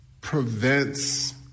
prevents